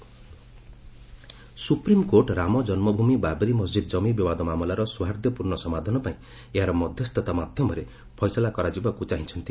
SC Ayodhya supreme court Ram Janmabhoomi Babri Masjid ଜମି ବିବାଦ ମାମଲାର ସୌହାର୍ଦ୍ଦ୍ୟପୂର୍ଣ୍ଣ ସମାଧାନ ପାଇଁ ଏହାର ମଧ୍ୟସ୍ତୁତା ମାଧ୍ୟମରେ ଫଇସଲା କରାଯିବାକୁ କହିଛନ୍ତି